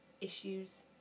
issues